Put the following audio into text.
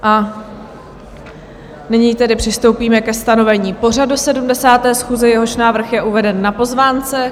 A nyní tedy přistoupíme ke stanovení pořadu 70. schůze, jehož návrh je uveden na pozvánce.